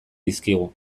dizkigu